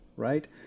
Right